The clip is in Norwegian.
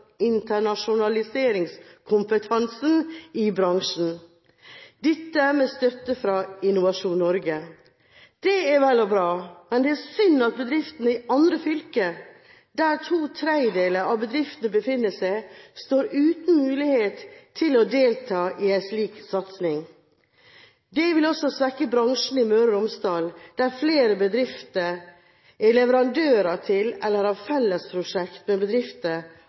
internasjonaliseringskompetansen i bransjen – med støtte fra Innovasjon Norge. Det er vel og bra, men det er synd at bedrifter i andre fylker, der to tredjedeler av bedriftene befinner seg, står uten mulighet til å delta i en slik satsing. Det vil også svekke bransjen i Møre og Romsdal, der flere bedrifter er leverandører til eller har fellesprosjekter med bedrifter